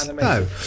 No